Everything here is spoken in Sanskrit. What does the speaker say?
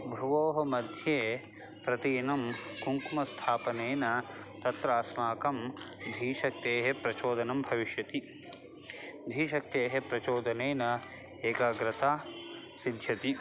भ्रुवोः मध्ये प्रतिदिनं कुङ्कुमस्थापनेन तत्र अस्माकं धीशक्तेः प्रचोदनं भविष्यति धीशक्तेः प्रचोदनेन एकाग्रता सिद्ध्यति